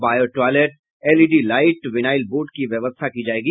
bio toilet LED light vinyl board की व्यवस्था की जायेगी